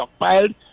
stockpiled